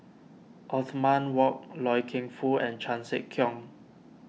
Othman Wok Loy Keng Foo and Chan Sek Keong